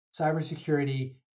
cybersecurity